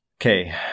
Okay